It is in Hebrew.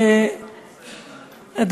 לא לא, אני אנסה ממש לצמצם את זה.